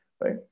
right